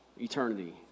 Eternity